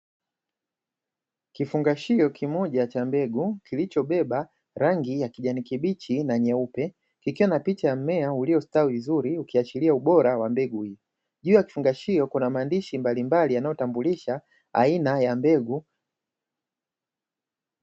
Kifungashio kimoja cha mbegu kilicho beba rangi ya kijani kibichi na nyeupe, chenye picha ya mmea uliostawi vizuri ukiachila ubora wa mbegu hiyo kwenye kifungashio kuna maandishi mbalimbali yanayotambulisha aina ya mbegu.